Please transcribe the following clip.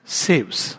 saves